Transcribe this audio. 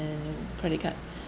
credit card